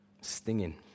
Stinging